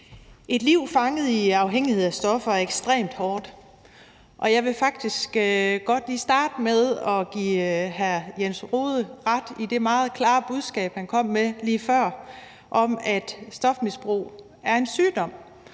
Et liv fanget i afhængighed af stoffer er ekstremt hårdt, og jeg vil faktisk godt lige starte med at give hr. Jens Rohde ret i det meget klare budskab, han kom med lige før, om, at stofmisbrug er en sygdom,